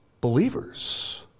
believers